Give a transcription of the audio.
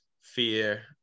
fear